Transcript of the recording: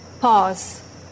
pause